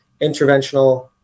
interventional